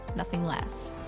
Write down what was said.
nothing less.